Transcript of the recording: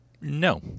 No